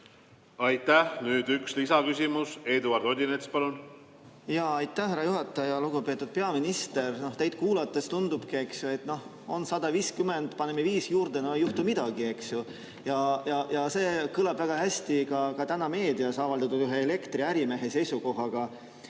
Aitäh! Nüüd üks lisaküsimus. Eduard Odinets, palun!